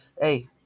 hey